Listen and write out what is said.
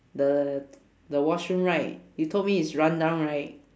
the the washroom right you told me is run-down right